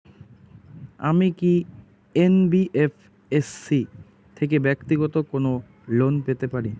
আমি কি এন.বি.এফ.এস.সি থেকে ব্যাক্তিগত কোনো লোন পেতে পারি?